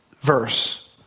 verse